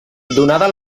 donada